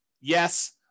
yes